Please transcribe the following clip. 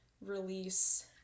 release